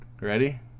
Ready